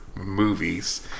movies